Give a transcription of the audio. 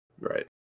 Right